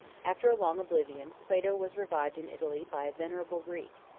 after a long oblivion, plato was revived in italy by a venerable greek,